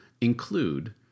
include